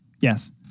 yes